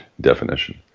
definition